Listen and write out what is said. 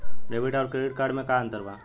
Debit आउर credit card मे का अंतर बा?